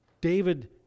David